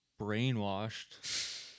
brainwashed